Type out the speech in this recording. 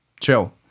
chill